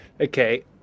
okay